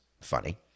funny